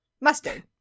Mustard